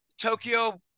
Tokyo